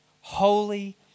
holy